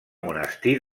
monestir